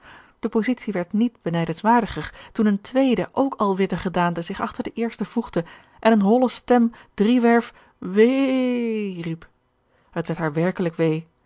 de positie werd niet benijdenswaardiger toen eene tweede ook al witte gedaante zich achter de eerste voegde en eene holle stem driewerf wee riep het werd haar werkelijk wee